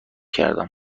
کردم